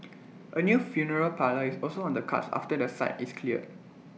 A new funeral parlour is also on the cards after the site is cleared